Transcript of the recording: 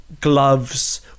gloves